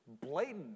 blatant